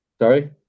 sorry